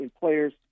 players